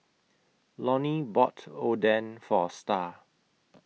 Lonny bought Oden For Starr